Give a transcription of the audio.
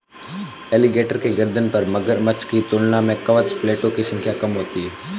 alligator के गर्दन पर मगरमच्छ की तुलना में कवच प्लेटो की संख्या कम होती है